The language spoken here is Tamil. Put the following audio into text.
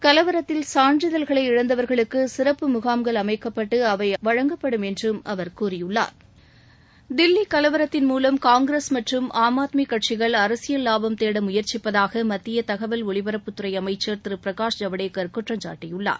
கலவரத்தில் சான்றிதழ்களை இழந்தவர்களுக்கு சிறப்பு முகாம்கள் அமைக்கப்பட்டு அவை வழங்கப்படும் என்றும் அவர் கூறியுள்ளார் தில்லியில் நடைபெற்ற கலவரத்தின் மூலம் காங்கிரஸ் மற்றும் ஆம் ஆத்மி கட்சிகள் அரசியல் லாபம் தேட முற்சிப்பதாக மத்திய தகவல் ஒலிபரப்புத்துறை அமைச்ச் திரு பிரகாஷ் ஜவடேக்கா் குற்றம்சாட்டியுள்ளார்